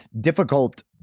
difficult